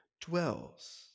dwells